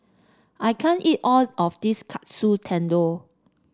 I can't eat all of this Katsu Tendon